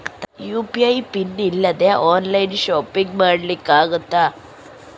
UPI PIN ಇಲ್ದೆ online shopping ಮಾಡ್ಲಿಕ್ಕೆ ಆಗ್ತದಾ?